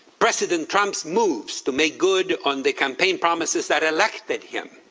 president trump's move to make good on the campaign promises that elected him.